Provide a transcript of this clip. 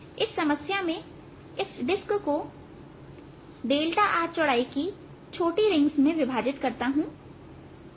इस समस्या में इस डिस्क को r चौड़ाई की छोटी रिंग्स में विभाजित करता हूं